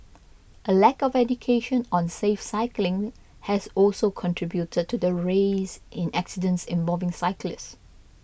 a lack of education on safe cycling has also contributed to the rise in accidents involving cyclists